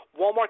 Walmart